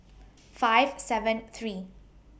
five seven three